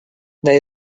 there